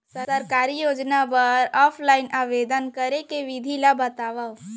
सरकारी योजना बर ऑफलाइन आवेदन करे के विधि ला बतावव